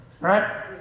right